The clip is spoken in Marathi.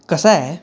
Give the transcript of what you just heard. कसं आहे